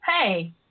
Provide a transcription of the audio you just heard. Hey